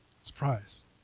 Surprise